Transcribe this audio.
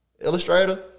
Illustrator